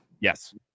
yes